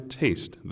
taste